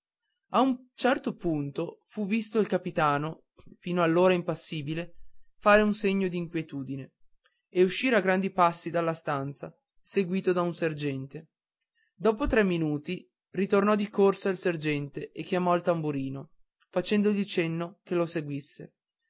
a un certo punto fu visto il capitano fino allora impassibile fare un segno d'inquietudine e uscir a grandi passi dalla stanza seguito da un sergente dopo tre minuti ritornò di corsa il sergente e chiamò il tamburino facendogli cenno che lo seguisse